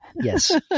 Yes